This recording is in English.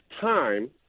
time